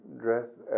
dress